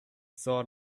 saw